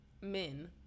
men